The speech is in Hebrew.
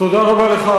תודה רבה לך.